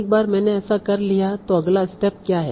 एक बार मैंने ऐसा कर लिया है तो अगला स्टेप क्या है